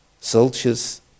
soldiers